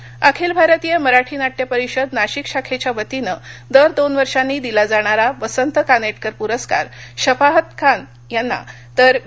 प्रस्कार अखिल भारतीय मराठी नाट्य परिषद नाशिक शाखखा वतीन कुर दोन वर्षांनी दिला जाणारा वसंत कान कुर प्रस्कार शफाअत खान यांना तर वि